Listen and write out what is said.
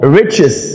riches